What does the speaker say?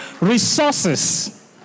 resources